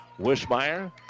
Wishmeyer